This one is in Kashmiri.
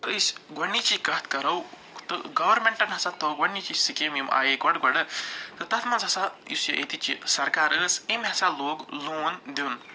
أسۍ گۄڈٕنِچی کَتھ کَرَو تہٕ گورمٮ۪نٛٹَن ہسا تھٲو گۄڈٕنِچی سِکیٖم یِم آیے گۄڈٕ گۄڈٕ تہٕ تَتھ منٛز ہسا یُس یہِ ییٚتِچ یہِ سرکار ٲسۍ أمۍ ہسا لوگ لون دیُن